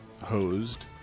hosed